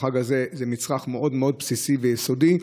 בחג הזה זה מצרך מאוד מאוד בסיסי ויסודי.